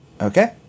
Okay